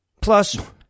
Plus